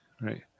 Right